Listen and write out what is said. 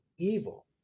evil